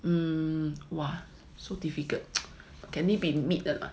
um !wah! so difficult can it be meat or not